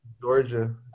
Georgia